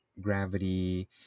gravity